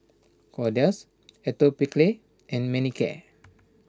Kordel's Atopiclair and Manicare